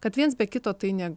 kad viens be kito tai ne